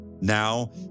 Now